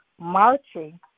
marching